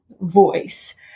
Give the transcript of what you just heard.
voice